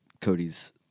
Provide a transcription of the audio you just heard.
Cody's